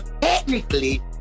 technically